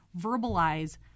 verbalize